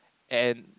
and